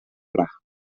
pla